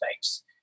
space